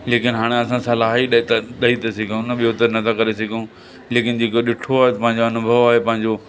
लेकिनि हाणे असां सलाह ई ॾे त ॾेई था सघूं न ॿियो त नथा करे सघूं लेकिनि जेको ॾिठो आहे पंहिंजो अनुभव आहे पंहिंजो